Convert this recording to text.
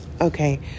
Okay